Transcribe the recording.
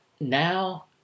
now